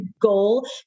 goal